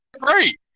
great